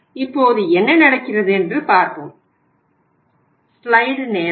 இப்போது என்ன நடக்கிறது என்று பார்ப்போம்